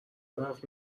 طرف